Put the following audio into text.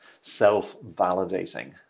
self-validating